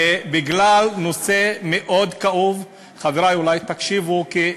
ובגלל נושא מאוד כאוב, חברי, אולי תקשיבו, כי,